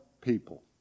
people